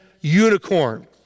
unicorn